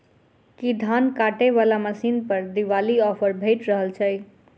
की धान काटय वला मशीन पर दिवाली ऑफर भेटि रहल छै?